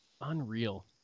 unreal